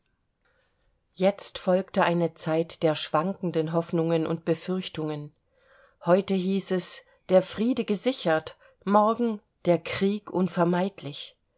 jetzt folgte eine zeit der schwankenden hoffnungen und befürchtungen heute hieß es der friede gesichert morgen der krieg unvermeidlich